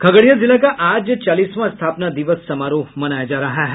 खगड़िया जिला का आज चालीसवां स्थापना दिवस समारोह मनाया जा रहा है